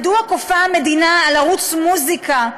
מדוע כופה המדינה על ערוץ מוזיקה,